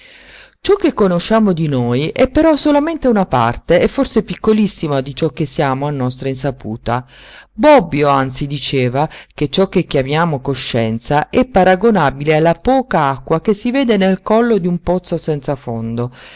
ciò che conosciamo di noi è però solamente una parte e forse piccolissima di ciò che siamo a nostra insaputa bobbio anzi diceva che ciò che chiamiamo coscienza è paragonabile alla poca acqua che si vede nel collo d'un pozzo senza fondo